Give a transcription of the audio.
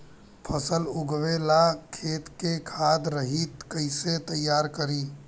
फसल उगवे ला खेत के खाद रहित कैसे तैयार करी?